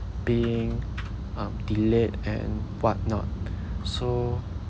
being um delayed and whatnot so